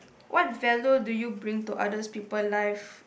what value do you bring to others people life